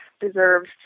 deserves